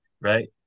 right